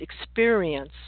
experience